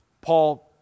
Paul